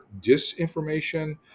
disinformation